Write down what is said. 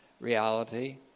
reality